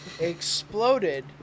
exploded